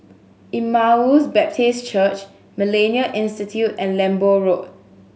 Emmaus Baptist Church Millennia Institute and Lembu Road